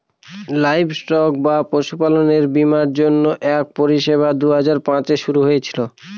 livestock বা পশুপালনের বীমার জন্য এক পরিষেবা দুই হাজার পাঁচে শুরু হয়েছিল